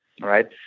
right